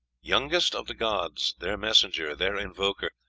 youngest of the gods, their messenger, their invoker.